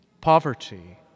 poverty